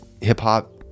hip-hop